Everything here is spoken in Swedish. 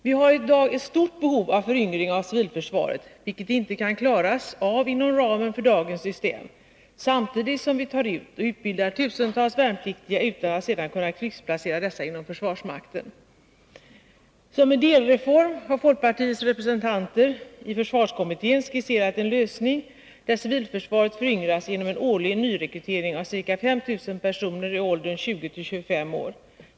Vi har i dag ett stort behov av föryngring av civilförsvaret, vilket inte kan klaras inom ramen för dagens system, samtidigt som vi tar ut och utbildar tusentals värnpliktiga utan att sedan kunna krigsplacera dessa inom försvarsmakten. Som en delreform har folkpartiets representanter i försvarskommittén skisserat en lösning, där civilförsvaret föryngras genom en årlig nyrekrytering av ca 5 000 personer i åldern 20-25 år.